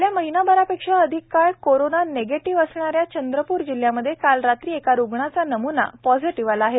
गेल्या महिनाभरापेक्षा अधिक काळ कोरोना निगेटिव्ह असणाऱ्या चंद्रपूर जिल्ह्यामध्ये काल रात्री एका रुग्णाचा नम्ना पॉझिटिव्ह आला आहेत